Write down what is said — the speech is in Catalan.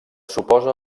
suposa